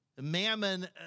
Mammon